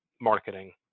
marketing